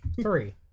Three